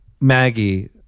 Maggie